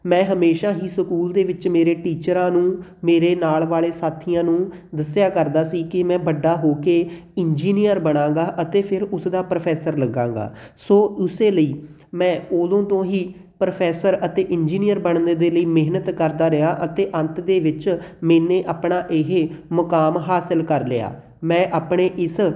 ਮੈਂ ਹਮੇਸ਼ਾ ਹੀ ਸਕੂਲ ਦੇ ਵਿੱਚ ਮੇਰੇ ਟੀਚਰਾਂ ਨੂੰ ਮੇਰੇ ਨਾਲ ਵਾਲੇ ਸਾਥੀਆਂ ਨੂੰ ਦੱਸਿਆ ਕਰਦਾ ਸੀ ਕਿ ਮੈਂ ਵੱਡਾ ਹੋ ਕੇ ਇੰਜੀਨੀਅਰ ਬਣਾਂਗਾ ਅਤੇ ਫਿਰ ਉਸ ਦਾ ਪ੍ਰੋਫੈਸਰ ਲੱਗਾਂਗਾ ਸੋ ਉਸੇ ਲਈ ਮੈਂ ਉਦੋਂ ਤੋਂ ਹੀ ਪ੍ਰੋਫੈਸਰ ਅਤੇ ਇੰਜੀਨੀਅਰ ਬਣਨ ਦੇ ਲਈ ਮਿਹਨਤ ਕਰਦਾ ਰਿਹਾ ਅਤੇ ਅੰਤ ਦੇ ਵਿੱਚ ਮੈਨੇ ਆਪਣਾ ਇਹ ਮੁਕਾਮ ਹਾਸਿਲ ਕਰ ਲਿਆ ਮੈਂ ਆਪਣੇ ਇਸ